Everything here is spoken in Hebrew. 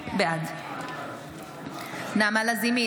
בעד נעמה לזימי,